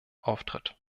auftritt